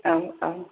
औ औ